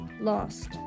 lost